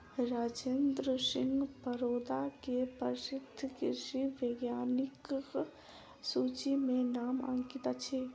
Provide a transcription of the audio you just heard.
राजेंद्र सिंह परोदा के प्रसिद्ध कृषि वैज्ञानिकक सूचि में नाम अंकित अछि